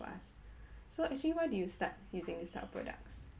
for us so actually why did you start using these type of products